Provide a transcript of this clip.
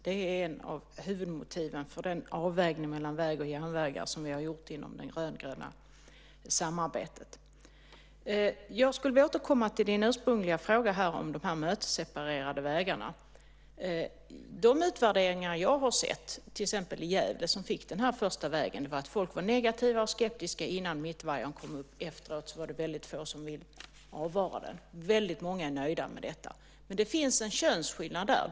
Det är ett av huvudmotiven för den avvägning mellan väg och järnvägar som vi har gjort inom det rödgröna samarbetet. Jag vill återkomma till din ursprungliga fråga om de mötesseparerade vägarna. De utvärderingar jag har sett, till exempel i Gävle som fick den första vägen, visar att människor var negativa och skeptiska innan mittvajern kom upp. Efteråt var det väldigt få som ville avvara den. Väldigt många är nöjda med detta. Men det finns en könsskillnad där.